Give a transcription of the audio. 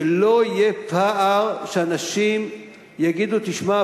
שלא יהיה פער שאנשים יגידו: תשמע,